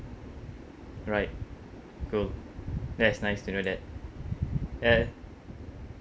right cool that's nice to know that ya